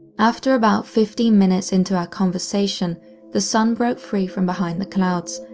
after about fifteen minutes into our conversation the sun broke free from behind the clouds,